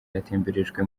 yatemberejwe